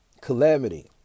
calamity